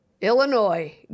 Illinois